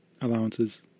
allowances